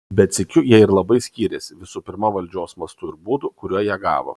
bet sykiu jie ir labai skyrėsi visų pirma valdžios mastu ir būdu kuriuo ją gavo